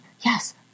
Yes